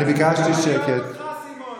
אני אוהב אותך, סימון.